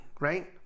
Right